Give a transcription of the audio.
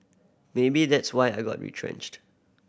maybe that's why I got retrenched